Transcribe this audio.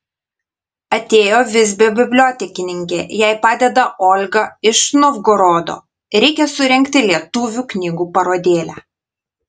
atėjo visbio bibliotekininkė jai padeda olga iš novgorodo reikia surengti lietuvių knygų parodėlę